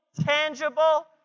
tangible